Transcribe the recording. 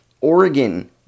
Oregon